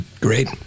Great